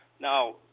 Now